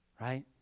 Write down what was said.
right